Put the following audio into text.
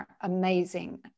amazing